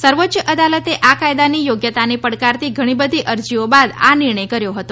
સર્વોચ્ય અદાલતે આ કાયદાની યોગ્યતાને પડકારતી ઘણી બધી અરજીઓ બાદ આ નિર્ણય કર્યો હતો